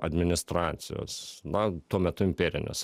administracijos na tuo metu imperinės